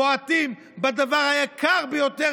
אתם בועטים בדבר היקר ביותר,